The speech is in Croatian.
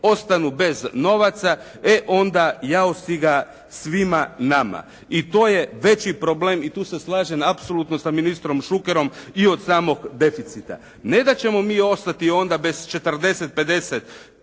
ostanu bez novaca, e onda jao si ga svima nama. I to je veći problem, i tu se slažem apsolutno sa ministrom Šukerom i od samog deficita. Ne da ćemo mi ostati onda bez 40, 50